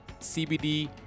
CBD